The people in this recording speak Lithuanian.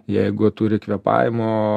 jeigu turi kvėpavimo